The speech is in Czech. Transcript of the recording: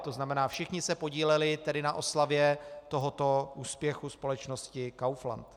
To znamená, všichni se tedy podíleli na oslavě tohoto úspěchu společnosti Kaufland.